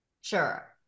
Sure